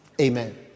Amen